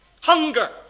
Hunger